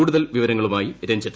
കൂടുതൽ വിവരങ്ങളുമായി രഞ്ജിത്